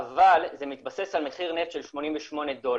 אבל זה מתבסס על מחיר נפט של 88 דולר,